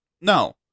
No